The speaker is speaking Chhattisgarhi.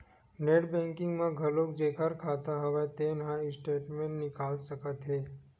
नेट बैंकिंग म घलोक जेखर खाता हव तेन ह स्टेटमेंट निकाल सकत हे